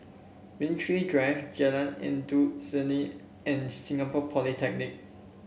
Rain Tree Drive Jalan Endut Senin and Singapore Polytechnic